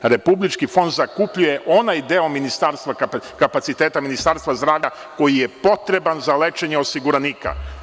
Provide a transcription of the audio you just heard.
Republički fond zakupljuje onaj deo kapaciteta Ministarstva zdravlja koji je potreban za lečenje osiguranika.